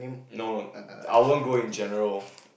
no I won't go in general